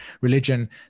religion